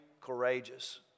courageous